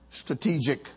strategic